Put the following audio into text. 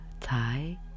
tie